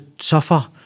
suffer